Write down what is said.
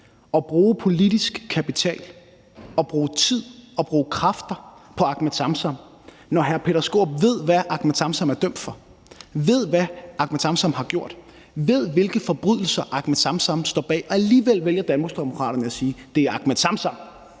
de bruger politisk kapital, bruger tid og kræfter på Ahmed Samsam, når hr. Peter Skaarup ved, hvad Ahmed Samsam er dømt for, ved, hvad Ahmed Samsam har gjort, ved, hvilke forbrydelser Ahmed Samsam står bag. Alligevel vælger Danmarksdemokraterne at